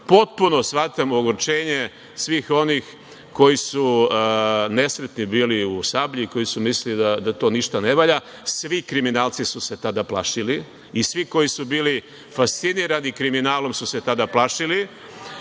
bavio. Potpuno shvatam ogorčenje svih onih koji su nesretni bili u "Sablji", koji su mislili da to ništa ne valja, svi kriminalci su se tada plašili i svi koji su bili fascinirani kriminalom su se tada plašili